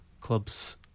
clubs